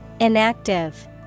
Inactive